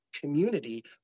community